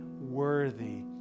worthy